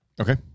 Okay